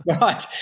Right